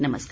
नमस्कार